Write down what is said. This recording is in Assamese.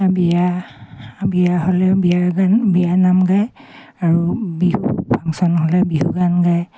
বিয়া বিয়া হ'লে বিয়াৰ গান বিয়া নাম গায় আৰু বিহু ফাংশ্যন হ'লে বিহুগান গায়